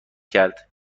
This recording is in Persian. کرد